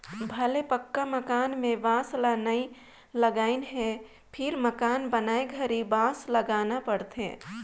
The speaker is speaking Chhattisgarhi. भले पक्का मकान में बांस ल नई लगईंन हे फिर मकान बनाए घरी बांस लगाना पड़थे